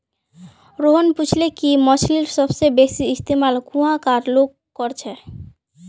रोहन पूछले कि मछ्लीर सबसे बेसि इस्तमाल कुहाँ कार लोग कर छे